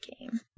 game